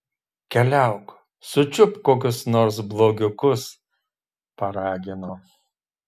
keliauk sučiupk kokius nors blogiukus paragino